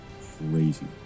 crazy